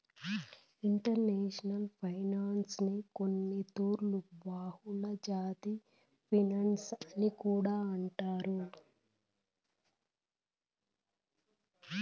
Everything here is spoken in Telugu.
ఇంటర్నేషనల్ ఫైనాన్సునే కొన్నితూర్లు బహుళజాతి ఫినన్సు అని కూడా అంటారు